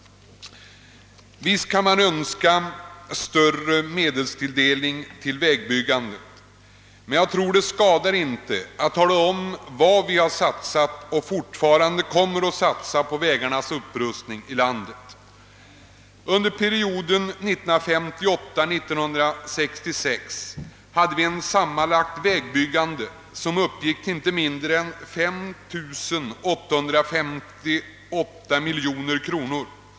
Visst kan man önska större medelstilldelning till vägbyggande, men jag tror att det inte skadar att tala om vad som satsats och fortfarande kommer att satsas på vägarnas upprustning. Under perioden 1958—1966 uppgick kostnaderna för det sammanlagda vägbyggandet till inte mindre än 5 858 miljoner kronor.